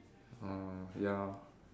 mm ya